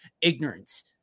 ignorance